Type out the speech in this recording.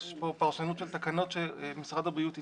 יש פה פרשנות של תקנות שמשרד הבריאות התקין.